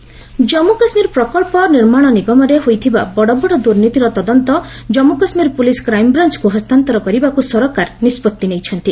govt କେକେ ପସିସି ଜନ୍ମୁ କାଶ୍ମୀର ପ୍ରକଳ୍ପ ନିର୍ମାଣ ନିଗମରେ ହୋଇଥିବା ବଡ଼ ବଡ଼ ଦୂର୍ନୀତିର ତଦନ୍ତ କମ୍ମୁ କାଶ୍ମୀର ପୁଲିସ୍ କ୍ରାଇମ୍ବ୍ରାଞ୍ଚକୁ ହସ୍ତାନ୍ତର କରିବାକୁ ସରକାର ନିଷ୍ପଭି ନେଇଛନ୍ତି